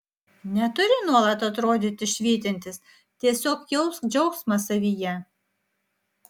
neturi nuolat atrodyti švytintis tiesiog jausk džiaugsmą savyje